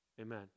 Amen